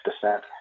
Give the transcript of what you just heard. descent